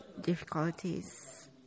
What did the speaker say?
difficulties